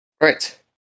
Right